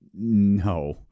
No